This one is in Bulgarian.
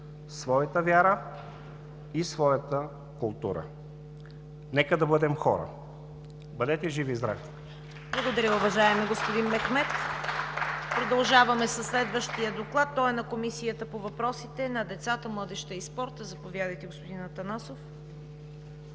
своята вяра и своята култура. Нека да бъдем хора! Бъдете живи и здрави! ПРЕДСЕДАТЕЛ ЦВЕТА КАРАЯНЧЕВА: Благодаря, уважаеми господин Мехмед. Продължаваме със следващия доклад, той е на Комисията по въпросите на децата, младежта и спорта. Заповядайте, господин Атанасов.